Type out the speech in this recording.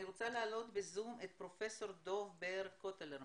אני רוצה להעלות ב-זום את פרופסור דב באר קוטלרמן.